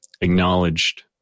acknowledged